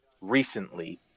recently